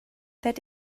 that